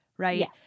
Right